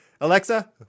Alexa